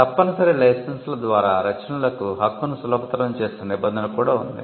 తప్పనిసరి లైసెన్సుల ద్వారా రచనలకు హక్కును సులభతరం చేసే నిబంధన కూడా ఉంది